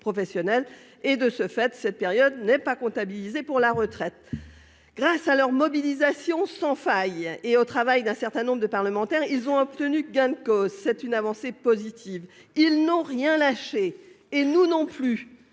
professionnelle ; de ce fait, cette période n'est pas comptabilisée dans le calcul de leurs droits à la retraite. Grâce à leur mobilisation sans faille et au travail d'un certain nombre de parlementaires, ils ont obtenu gain de cause. C'est une avancée positive. Ils n'ont rien lâché, et nous non plus